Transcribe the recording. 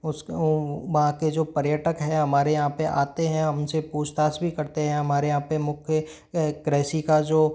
उसको वहाँ के जो पर्यटक है हमारे यहाँ पर आते हैं हमसे पूछताछ भी करते हैं हमारे यहाँ पर मुख्य कृषि का जो